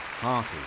Party